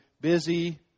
busy